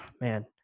man